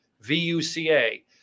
V-U-C-A